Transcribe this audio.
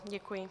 Děkuji.